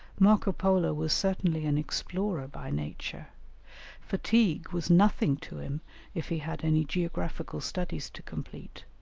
marco polo was certainly an explorer by nature fatigue was nothing to him if he had any geographical studies to complete,